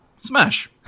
Smash